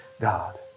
God